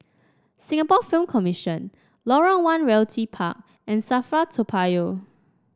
Singapore Film Commission Lorong One Realty Park and Safra Toa Payoh